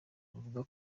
uvuga